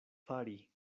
fari